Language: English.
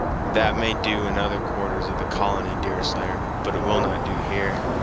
that may do in other quarters of the colony, deerslayer, but it will not do here.